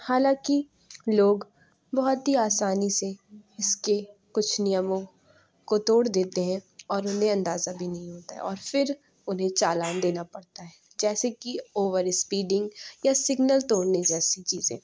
حالاں کہ لوگ بہت ہی آسانی سے اِس كے كچھ نیموں كو توڑ دیتے ہیں اور اُنہیں اندازہ بھی نہیں ہوتا ہے اور پھر اُنہیں چالان دینا پڑتا ہے جیسے کہ اوور اسپیڈنگ یا سنگنل توڑنے جیسے چیزیں